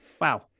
Wow